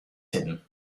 hidden